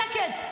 שקט.